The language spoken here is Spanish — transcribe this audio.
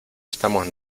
estamos